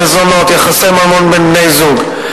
מזונות ויחסי ממון בין בני-זוג.